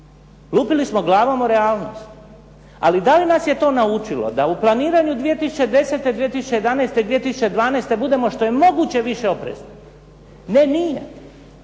Lupili smo glavom o realnost, ali da li nas je to naučilo da u planiranju 2010., 2011., 2012. budemo što je moguće više oprezni. Ne nije.